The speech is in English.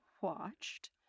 watched